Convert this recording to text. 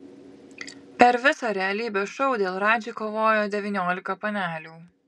per visą realybės šou dėl radži kovojo devyniolika panelių